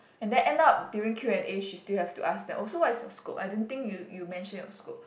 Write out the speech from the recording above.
and then end up during Q and A she still have to ask them so what is your scope I don't think you you mention your scope